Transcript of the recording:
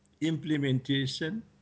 implementation